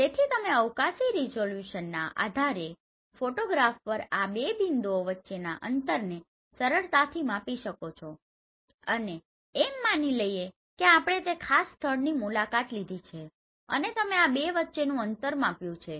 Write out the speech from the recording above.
તેથી તમે અવકાશી રીઝોલ્યુશનના આધારે ફોટોગ્રાફ પર આ બે બિંદુઓ વચ્ચેના અંતરને સરળતાથી માપી શકો છો અને એમ માની લઈએ કે આપણે તે ખાસ સ્થળની મુલાકાત લીધી છે અને તમે આ બે વચ્ચેનું અંતર માપ્યું છે